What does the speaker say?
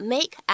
Make